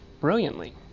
brilliantly